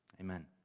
Amen